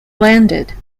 landed